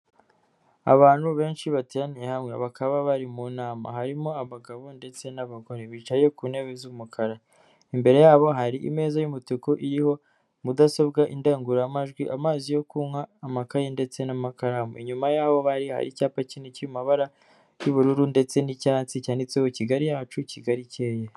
Abantu benshi bateraniye hamwe bakaba bari mu nama, harimo abagabo ndetse n'abagore, bicaye ku ntebe z'umukara, imbere yabo hari ameza y'umutuku iriho mudasobwa, indangururamajwi, amazi yo kunywa, amakaye, ndetse n'amakaramu. Inyuma yaho bari hari icyapa kinini cyiri mu mabara y'ubururu, ndetse n'icyatsi cyanditseho Kigali yacu, Kigali ikeye.